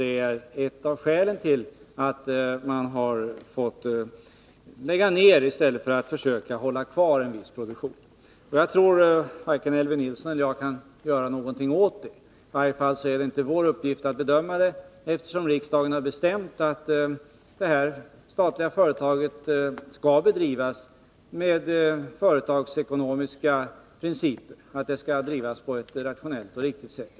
Detta är ett av skälen till att man måste lägga ned i stället för att försöka hålla kvar en viss produktion. Jag tror att varken Elvy Nilsson eller jag kan göra någonting åt det. I varje fall är det inte vår uppgift att bedöma det, eftersom riksdagen har bestämt att det här statliga företaget skall bedrivas efter företagsekonomiska principer och på ett rationellt och riktigt sätt.